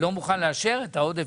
מי אחראי על זה.